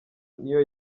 niyo